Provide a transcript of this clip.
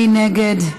מי נגד?